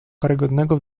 karygodnego